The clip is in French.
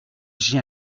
j’ai